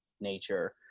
nature